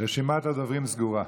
רשימת הדוברים סגורה.